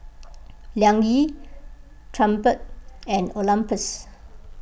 Liang Yi Triumph and Olympus